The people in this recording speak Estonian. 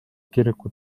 kiriku